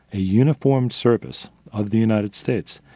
a uniformed service of the united states.